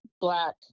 black